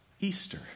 Easter